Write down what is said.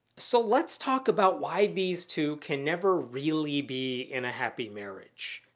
so let's talk about why these two can never really be in a happy marriage.